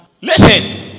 Listen